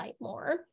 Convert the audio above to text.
more